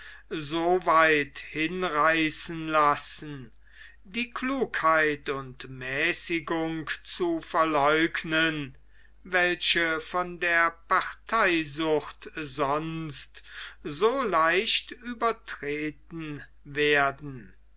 weit hinreißen lassen die klugheit und mäßigung zu verleugnen welche von der parteisucht sonst so leicht übertreten werden